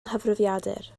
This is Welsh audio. nghyfrifiadur